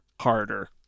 harder